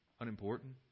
Unimportant